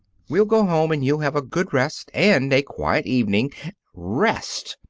we'll go home, and you'll have a good rest, and a quiet evening rest!